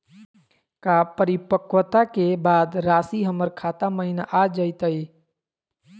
का परिपक्वता के बाद रासी हमर खाता महिना आ जइतई?